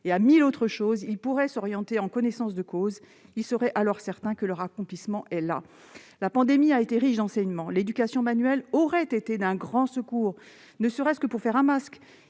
et à mille autres choses, ils pourraient s'orienter en connaissance de cause. Ils seraient alors certains qu'ils peuvent trouver là les moyens de s'accomplir. La pandémie a été riche d'enseignement : l'éducation manuelle aurait été d'un grand secours, ne serait-ce que pour faire un masque.